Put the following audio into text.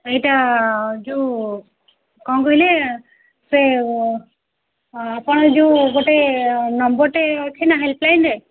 ଏଇଟା ଯେଉଁ କ'ଣ କହିଲେ ସେ ଆପଣ ଯେଉଁ ଗୋଟେ ନମ୍ବର୍ଟେ ଅଛି ନା ହେଲ୍ପ ଲାଇନ୍ରେ